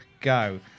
go